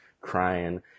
crying